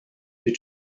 you